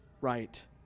right